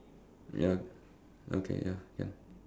ya okay ya can